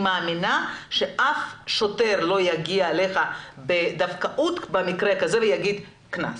אני מאמינה שאף שוטר לא יגיע אליך בדווקאות במקרה כזה ויטיל עליך קנס.